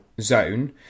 zone